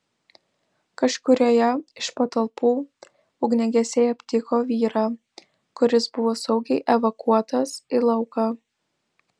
kažkurioje iš patalpų ugniagesiai aptiko vyrą kuris buvo saugiai evakuotas į lauką